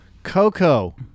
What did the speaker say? Coco